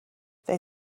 they